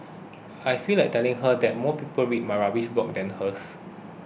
I feel like telling her that more people read my rubbish blog than hers